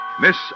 Miss